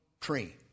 tree